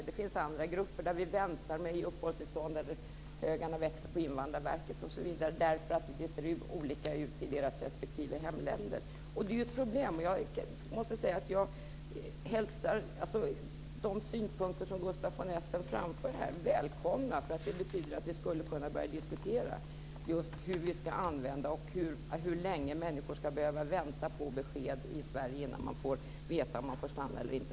Det finns andra grupper där vi väntar med att ge uppehållstillstånd och där högarna växer på Invandrarverket därför att det ser olika ut i deras respektive hemländer. Det är ju ett problem. Jag hälsar de synpunkter som Gustaf von Essen framför här välkomna. Det betyder att vi skulle kunna börja diskutera hur vi ska använda detta och hur länge människor ska behöva vänta på besked i Sverige innan man får veta om man får stanna eller inte.